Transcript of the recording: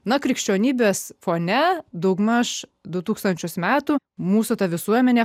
nuo krikščionybės fone daugmaž du tūkstančius metų mūsų visuomenė